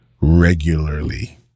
regularly